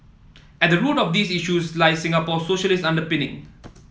at the root of these issues lie Singapore socialist underpinning